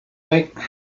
right